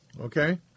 okay